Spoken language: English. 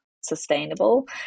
sustainable